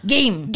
Game